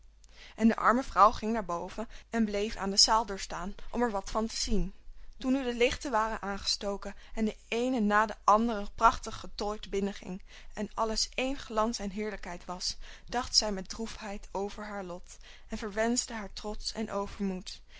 en de arme vrouw ging naar boven en bleef aan de zaaldeur staan om er wat van te zien toen nu de lichten waren aangestoken en de eene na de andere prachtig getooid binnen ging en alles één glans en heerlijkheid was dacht zij met droefheid over haar lot en verwenschte haar trots en overmoed